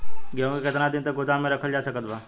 गेहूँ के केतना दिन तक गोदाम मे रखल जा सकत बा?